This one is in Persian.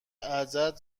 ازت